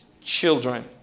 children